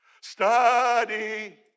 Study